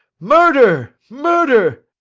murder! murder!